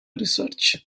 research